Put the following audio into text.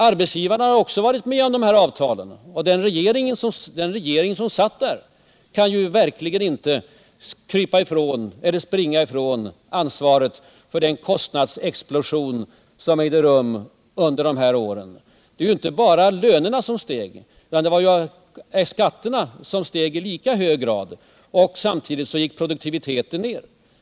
Arbetsgivarna har ju varit med om att sluta avtalen, och den regering som satt under de här åren kan verkligen inte springa ifrån ansvaret för den kostnadsexplosion som ägde rum. Det var inte bara lönerna som steg, utan skatterna steg i hög grad, och samtidigt gick produktiviteten ner.